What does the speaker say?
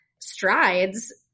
strides